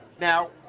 Now